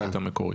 המקורית.